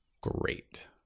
great